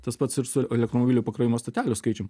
tas pats ir su elektromobilių pakrovimo stotelių skaičium